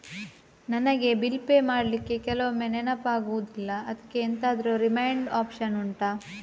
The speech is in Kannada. ನನಗೆ ಬಿಲ್ ಪೇ ಮಾಡ್ಲಿಕ್ಕೆ ಕೆಲವೊಮ್ಮೆ ನೆನಪಾಗುದಿಲ್ಲ ಅದ್ಕೆ ಎಂತಾದ್ರೂ ರಿಮೈಂಡ್ ಒಪ್ಶನ್ ಉಂಟಾ